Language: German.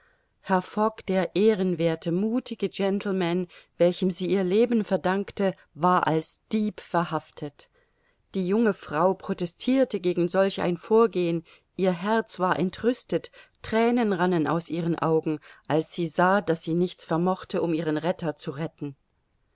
der ehrenwerthe muthige gentleman welchem sie ihr leben verdankte war als dieb verhaftet die junge frau protestirte gegen solch ein vorgeben ihr herz war entrüstet thränen rannen aus ihren augen als sie sah daß sie nichts vermochte um ihren retter zu retten